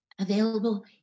available